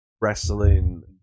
wrestling